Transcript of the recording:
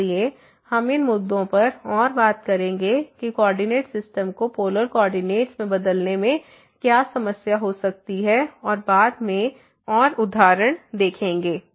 इसलिए हम इन मुद्दों पर और बात करेंगे कि कोऑर्डिनेट सिस्टम को पोलर कोऑर्डिनेट में बदलने में क्या समस्या हो सकती है और बाद में और उदाहरण देखेंगे